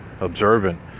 observant